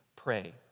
pray